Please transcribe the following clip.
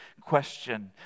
question